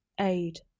Aid